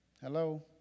Hello